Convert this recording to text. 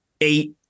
eight